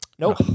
Nope